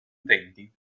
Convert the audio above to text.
utenti